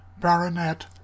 baronet